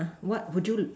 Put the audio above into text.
what would you